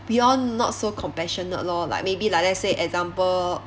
we all not so compassionate lor like maybe like let's say example